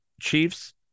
Chiefs